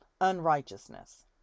unrighteousness